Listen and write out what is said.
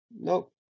nope